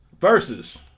versus